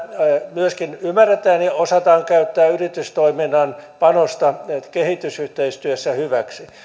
myöskin ymmärretään ja osataan käyttää yritystoiminnan panosta kehitysyhteistyössä hyväksi